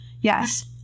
Yes